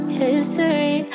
history